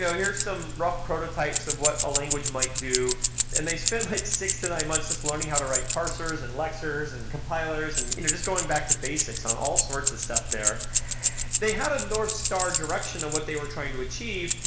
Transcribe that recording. here's some rough prototypes of what a language might do and they spent like six to nine months just learning how to write parsers and lexers and compilers and you know just going back to basics on all sorts of stuff there they had a north star direction on what they were trying to achieve,